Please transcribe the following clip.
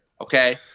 Okay